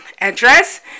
address